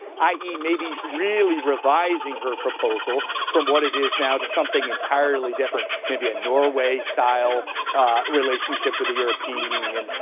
i e, maybe really revising her proposal from what it is now to something entirely different, maybe a norway-style relationship with the european union.